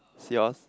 seahorse